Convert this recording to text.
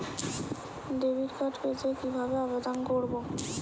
Debit card পেতে কিভাবে আবেদন করব?